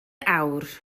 awr